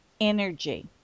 energy